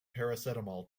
paracetamol